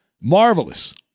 marvelous